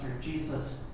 Jesus